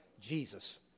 Jesus